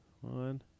One